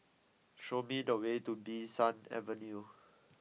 show me the way to Bee San Avenue